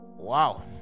wow